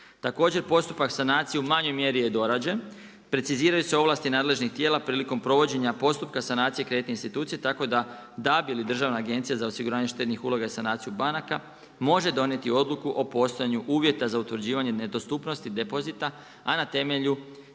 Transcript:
Također, postupak sanacije u manjoj mjeri je dorađen, preciziraju se ovlasti nadležnih tijela prilikom provođenja postupka sanacije kreditne institucija, tako da DAB ili Državna institucija za osiguranje štednih uloga i sanaciju banaka može donijeti odluku o postojanju uvjeta za utvrđivanje nedostupnosti depozita, a na temelju